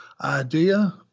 idea